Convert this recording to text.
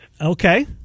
Okay